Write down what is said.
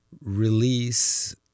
release